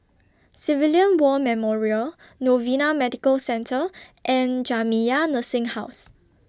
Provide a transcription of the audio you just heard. Civilian War Memorial Novena Medical Centre and Jamiyah Nursing Home